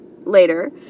later